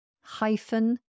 hyphen